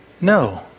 No